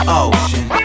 ocean